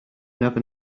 never